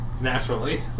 naturally